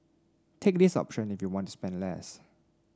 take this option if you want to spend less